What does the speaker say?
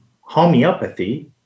homeopathy